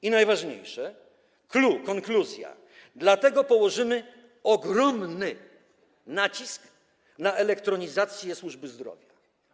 I najważniejsze, clou, konkluzja: dlatego położymy ogromny nacisk na elektronizację służby zdrowia.